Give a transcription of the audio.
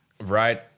right